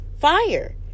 fire